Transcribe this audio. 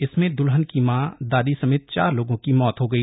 इसमें दल्हन की मां दादी समेत चार लोगों की मौत हो गई